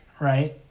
Right